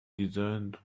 designed